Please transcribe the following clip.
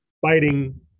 fighting